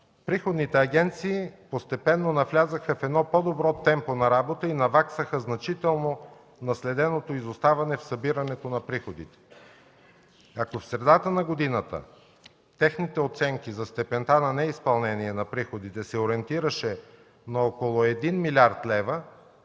приходните агенции постепенно навлязоха в едно по-добро темпо на работа и наваксаха значително наследеното изоставане в събирането на приходите. Ако в средата на годината техните оценки за степента на неизпълнение на приходите се ориентираше на около 1 млрд. лв.,